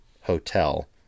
Hotel